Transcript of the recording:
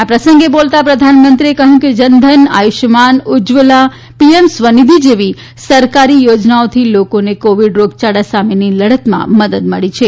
આ પ્રસંગે બોલતાં પ્રધાનમંત્રીએ કહ્યું કે જનધન આયુષ્યમાન ઉજ્જવલા પીએમ સ્વનિધિ જેવી સરકારી યોજનાઓથી લોકોને કિવોડ રોગચાળા સામેની લડતમાં મદદ મળી છે